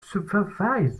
supervise